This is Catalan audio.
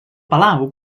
palau